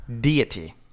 deity